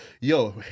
Yo